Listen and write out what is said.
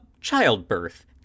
childbirth